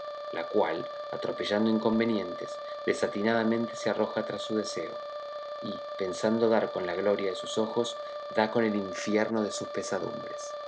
la cual atropellando inconvenientes desatinadamente se arroja tras su deseo y pensando dar con la gloria de sus ojos da con el infierno de sus pesadumbres